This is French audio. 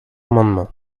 amendement